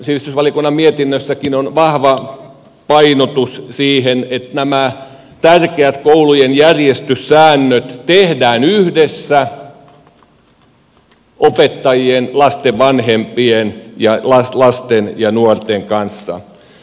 sivistysvaliokunnan mietinnössäkin on vahva painotus siihen että nämä tärkeät koulujen järjestyssäännöt tehdään yhdessä opettajien lasten vanhempien ja lasten ja nuorten kanssa